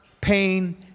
pain